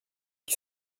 que